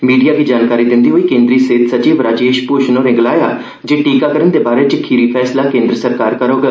media गी जानकारी दिंदे होई केन्द्री सेहत सचिव राजेश भूषण होरे गलाया जे टीकाकरण दे बारै च खीरी फैसला केन्द्र सरकार करोग